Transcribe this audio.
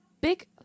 big